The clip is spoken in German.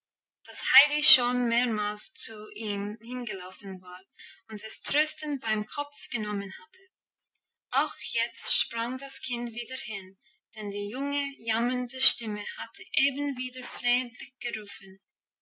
dass heidi schon mehrmals zu ihm hingelaufen war und es tröstend beim kopf genommen hatte auch jetzt sprang das kind wieder hin denn die junge jammernde stimme hatte eben wieder flehentlich gerufen